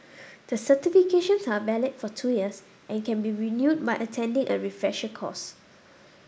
the certifications are valid for two years and can be renewed by attending a refresher course